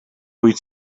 wyt